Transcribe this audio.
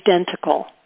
identical